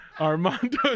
Armando